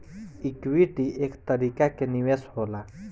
equity एक तरीका के निवेश होला